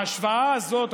ההשוואה הזאת,